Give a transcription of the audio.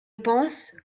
pense